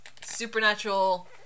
supernatural